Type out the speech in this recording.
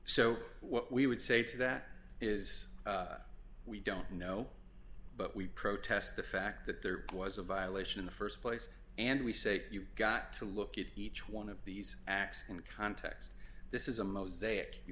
so what we would say to that is we don't know but we protest the fact that there was a violation in the st place and we say you got to look at each one of these acts and context this is a mosaic you